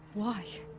why?